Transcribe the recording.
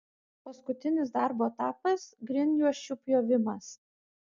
paskutinis darbo etapas grindjuosčių pjovimas